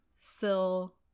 sill